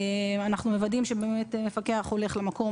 אנחנו מוודאים שבאמת מפקח הולך למקום,